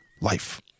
life